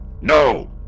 No